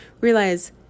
realize